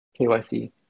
KYC